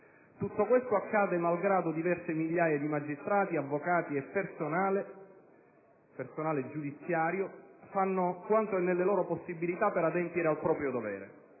Tutto questo accade malgrado diverse migliaia di magistrati, avvocati e personale giudiziario fanno quanto è nelle loro possibilità per adempiere al proprio dovere.